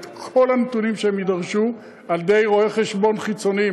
את כל הנתונים שיידרשו על-ידי רואה-חשבון חיצוני.